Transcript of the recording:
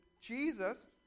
Jesus